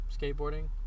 skateboarding